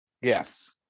Yes